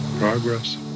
Progress